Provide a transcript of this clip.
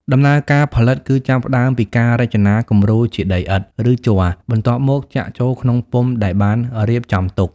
ដំណើរការផលិតគឺចាប់ផ្ដើមពីការរចនាគំរូជាដីឥដ្ឋ ឬជ័រ បន្ទាប់មកចាក់ចូលក្នុងពុម្ពដែលបានរៀបចំទុក។